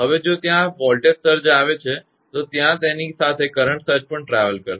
હવે જો ત્યાં વોલ્ટેજ સર્જ આવે છે તો ત્યાં તેની સાથે કરંટ સર્જ પણ ટ્રાવેલ કરશે